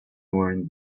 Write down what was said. warrant